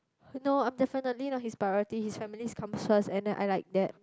no I'm definitely not his priority his families comes first and then I like that